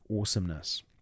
awesomeness